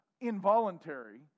involuntary